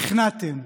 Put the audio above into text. נכנעתם.